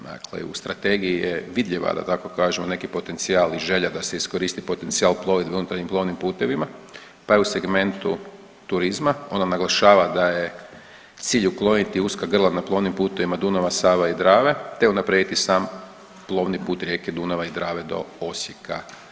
Dakle, u strategiji je vidljiva da tako kažem neki potencijal i želja da se iskoristi potencijal plovidbe u unutarnjim plovnim putevima, pa je u segmentu turizma ono naglašava da je cilj ukloniti uska grla na plovnim putevima Dunava, Save i Drave, te unaprijediti sam plovni put rijeke Dunava i Drave do Osijeka.